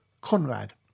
Conrad